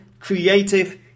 Creative